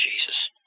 Jesus